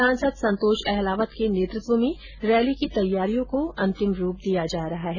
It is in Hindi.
सांसद संतोष अहलावत के नेतृत्व में रैली की तैयारियों को अंतिम रूप दिया जा रहा है